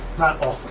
not all